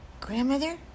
Grandmother